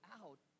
out